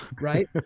right